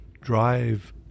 drive